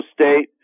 State